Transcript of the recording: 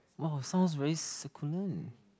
!wow! sounds very succulent